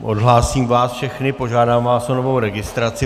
Odhlásím vás všechny, požádám vás o novou registraci.